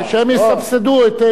הרי שהם יסבסדו את,